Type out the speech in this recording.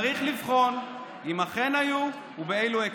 צריך לבחון אם אכן היו ובאילו היקפים.